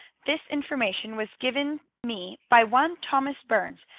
this information was given me by one thomas burns,